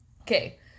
Okay